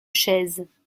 chaises